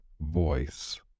voice